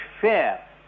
fair